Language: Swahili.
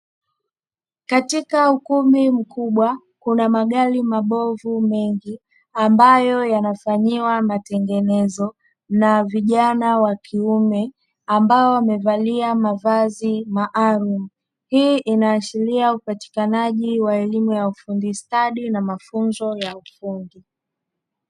Katika ukumbi mkubwa kuna magari mabovu mengi; ambayo yanafanyiwa matengenezo na vijana wa kiume ambao wamevalia mavazi maalumu. Hii inaashiria upatikanaji wa elimu ya ufundi stadi na mafunzo ya ufundi.